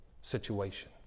situation